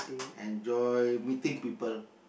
enjoy meeting people